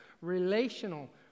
relational